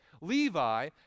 Levi